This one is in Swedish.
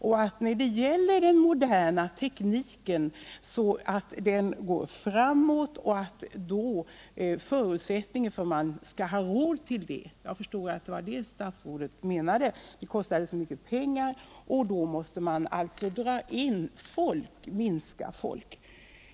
För att man skall ha råd att låta tekniken gå framåt — jag förstår att kommunikationsministern menar att teknisk utrustning kostar mycket pengar — måste man alltså dra in på personal.